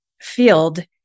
field